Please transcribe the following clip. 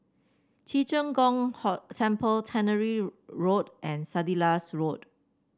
Ci Zheng Gong Temple Tannery Road and Sandilands Road